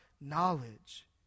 knowledge